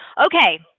Okay